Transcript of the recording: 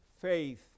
faith